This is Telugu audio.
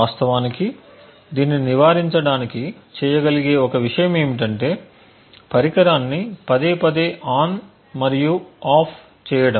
వాస్తవానికి దీన్ని నివారించడానికి చేయగలిగే ఒక విషయం ఏమిటంటే పరికరాన్ని పదేపదే ఆన్ మరియు ఆఫ్ చేయడం